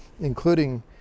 including